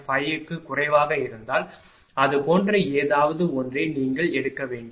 5 க்கும் குறைவாக இருந்தால் அது போன்ற ஏதாவது ஒன்றை நீங்கள் எடுக்க வேண்டும்